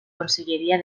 conselleria